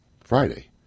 Friday